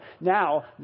now